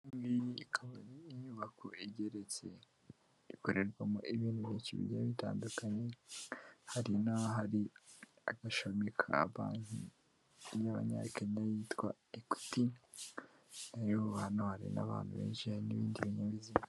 Ikaba inyubako igeretse ikorerwamo ibintu binshi bigiye bitandukanye hari n'ahari agashami ka banki y'abanyakenya yitwa ekwiti, rero hano hari n'abantu benshijiye n'ibindi binyabiziga.